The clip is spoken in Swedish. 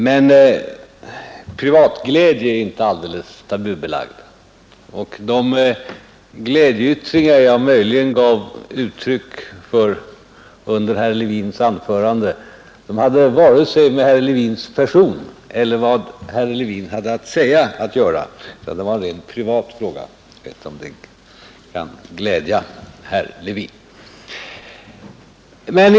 Men privatglädje är inte alldeles tabubelagd, och de glädjeytt ringar jag möjligen visade under herr Levins anförande hade ingenting att göra med vare sig herr Levins person eller vad herr Levin hade att säga. Det var en rent privat munterhet. Detta om detta, om det kan glädja herr Levin.